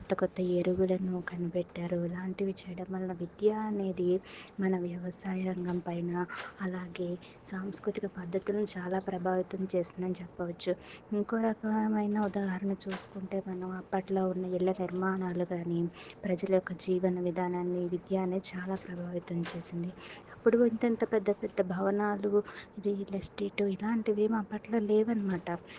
కొత్త కొత్త ఎరువులను కనిపెట్టారు ఇలాంటివి చేయడం వల్ల విద్యా అనేది మన వ్యవసాయ రంగం పైన అలాగే సాంస్కృతిక పద్ధతులను చాలా ప్రభావితం చేస్తుందని చెప్పవచ్చు ఇంకో రకమైన ఉదాహరణ చూసుకుంటే మనం అప్పట్లో ఉన్న ఇళ్ల నిర్మాణాలు కానీ ప్రజలకు యొక్క జీవన విధానాన్ని విద్యానే చాలా ప్రభావితం చేసింది ఇప్పుడు ఇంతింతపెద్ద భవనాలు రియల్ ఎస్టేట్ ఇలాంటివి ఏం అప్పట్లో లేవు అనమాట